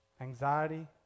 Anxiety